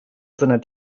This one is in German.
seiner